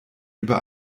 über